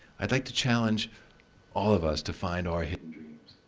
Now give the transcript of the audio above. i'd like to challenge all of us to find our hidden dreams.